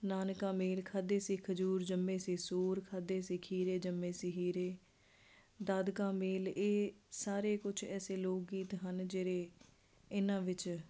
ਨਾਨਕਾ ਮੇਲ ਖਾਂਦੇ ਸੀ ਖਜੂਰ ਜੰਮੇ ਸੀ ਸੂਰ ਖਾਂਦੇ ਸੀ ਖੀਰੇ ਜੰਮੇ ਸੀ ਹੀਰੇ ਦਾਦਕਾ ਮੇਲ ਇਹ ਸਾਰੇ ਕੁਛ ਐਸੇ ਲੋਕ ਗੀਤ ਹਨ ਜਿਹੜੇ ਇਹਨਾਂ ਵਿੱਚ